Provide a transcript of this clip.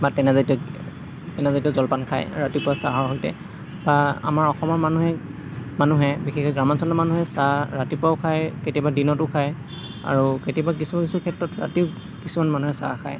বা তেনেজাতীয় তেনেজাতীয় জলপান খায় ৰাতিপুৱা চাহৰ সৈতে বা আমাৰ অসমৰ মানুহে মানুহে বিশেষকৈ গ্ৰাম্যাঞ্চলৰ মানুহে চাহ ৰাতিপুৱাও খায় কেতিয়াবা দিনতো খায় কেতিয়াবা কিছু কিছু ক্ষেত্ৰত ৰাতিও কিছুমান মানুহে চাহ খায়